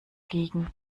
liegen